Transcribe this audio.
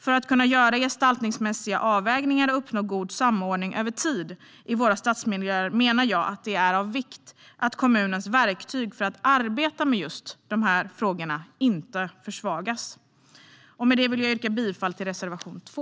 För att kunna göra gestaltningsmässiga avvägningar och uppnå god samordning över tid i våra stadsmiljöer är det av vikt att kommunens verktyg för att arbeta med just dessa frågor inte försvagas. Jag yrkar bifall till reservation 2.